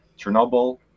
Chernobyl